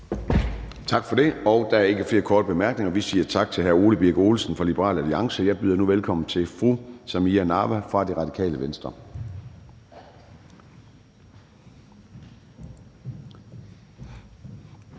Tak for det. Der er ikke flere korte bemærkninger. Vi siger tak til hr. Ole Birk Olesen fra Liberal Alliance. Jeg byder nu velkommen til fru Samira Nawa fra Radikale Venstre.